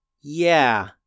Yeah